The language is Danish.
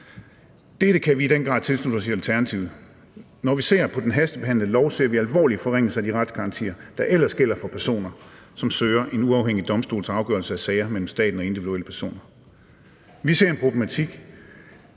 Dette kan vi i den grad tilslutte os i Alternativet. Når vi ser på den hastebehandlede lov, ser vi alvorlige forringelser af de retsgarantier, der ellers gælder for personer, som søger en uafhængig domstols afgørelse af sager mellem staten og individuelle personer. Vi ser en problematik